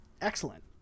Excellent